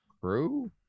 crew